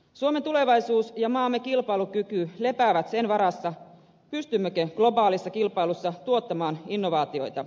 suomen tulevaisuus ja maamme kilpailukyky lepäävät sen varassa pystymmekö globaalissa kilpailussa tuottamaan innovaatioita